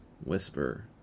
whisper